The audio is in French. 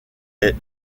est